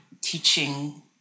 teaching